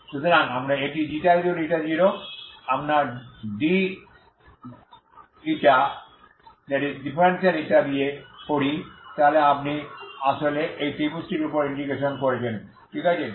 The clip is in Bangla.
সুতরাং আমরা এটি ξ0আপনার dη দিয়ে করি তাহলে আসলে আপনি এই ত্রিভুজটির উপর ইন্টিগ্রেশন করছেন ঠিক আছে